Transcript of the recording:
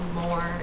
more